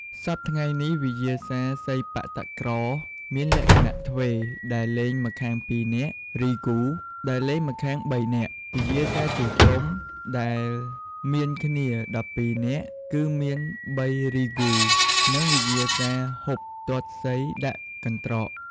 សព្វថ្ងៃនេះវិញ្ញាសាសីប៉ាក់តាក្រ មានលក្ខណៈទ្វេ ដែលលេងម្ខាង ២ នាក់ រីហ្គូ (Regu) ដែលលេងម្ខាង៣នាក់ វិញ្ញាសាជាក្រុម ដែលមានគ្នាម្ខាង១២នាក់គឺមាន ៣ រីហ្គូ (Regu) និងវិញ្ញាសា ហ៊ូប (Hoop) ទាត់សីដាក់កន្ត្រក ។